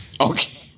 Okay